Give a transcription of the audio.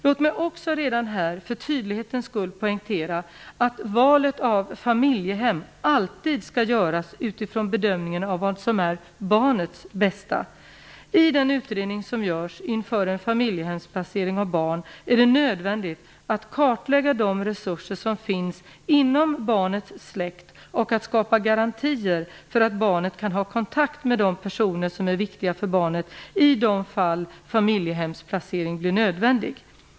Låt mig också redan här för tydlighetens skull poängtera att valet av familjehem alltid skall göras utifrån bedömningen av vad som är barnets bästa. I den utredning som görs inför en familjehemsplacering av barn är det nödvändigt att kartlägga de resurser som finns inom barnets släkt och att skapa garantier för att barnet kan ha kontakt med de personer som är viktiga för barnet i de fall familjehemsplacering blir nödvändig.